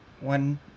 one